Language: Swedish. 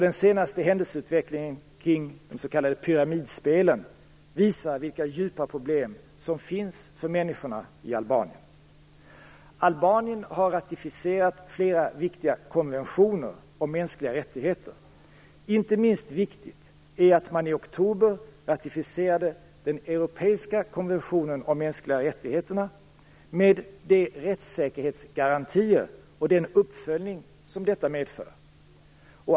Den senaste händelseutvecklingen kring de s.k. pyramidspelen visar vilka djupa problem som finns för människorna i Albanien. Albanien har ratificerat flera viktiga konventioner om mänskliga rättigheter. Inte minst viktigt är att man i oktober ratificerade den europeiska konventionen om de mänskliga rättigheterna med de rättssäkerhetsgarantier och den uppföljning som detta medför.